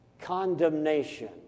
condemnation